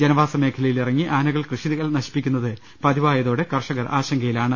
ജനവാസ മേഖ ലയിൽ ഇറങ്ങി ആനകൾ കൃഷികൾ നശിപ്പിക്കുന്നത് പതിവായതോടെ കർഷകർ ആശങ്കയിലാണ്